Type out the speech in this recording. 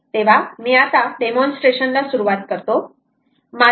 तेव्हा मी आता डेमॉन्स्ट्रेशन ला सुरुवात करतो